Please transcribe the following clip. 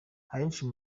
ahenshi